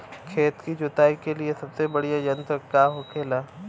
खेत की जुताई के लिए सबसे बढ़ियां यंत्र का होखेला?